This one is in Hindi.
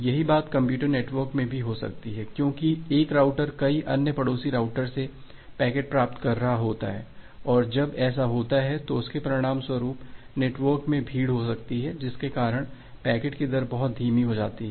यही बात कंप्यूटर नेटवर्क में भी हो सकती है क्योंकि एक राउटर कई अन्य पड़ोसी राउटर से पैकेट प्राप्त कर रहा होता है और जब ऐसा होता है तो इसके परिणामस्वरूप नेटवर्क में भीड़ हो सकती है जिसके कारण पैकेट की दर बहुत धीमी हो जाती है